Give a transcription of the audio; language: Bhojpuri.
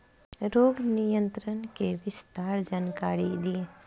रोग नियंत्रण के विस्तार जानकारी दी?